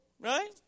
Right